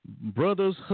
brothers